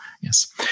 yes